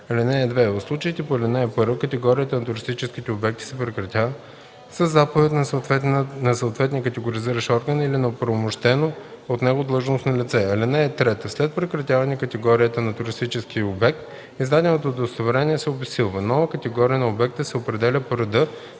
и 3. (2) В случаите по ал. 1 категорията на туристическите обекти се прекратява със заповед на съответния категоризиращ орган или на оправомощено от него длъжностно лице. (3) След прекратяване категорията на туристически обект издаденото удостоверение се обезсилва. Нова категория на обекта се определя по реда